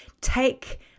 take